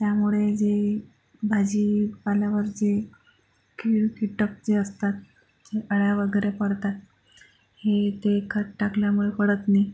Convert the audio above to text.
त्यामुळे जे भाजीपाल्यावर जे कीड कीटक जे असतात जे अळ्या वगैरे पडतात हे ते खत टाकल्यामुळे पडत नाही